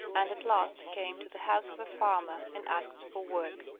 and at last came to the house of a farmer and asked for work.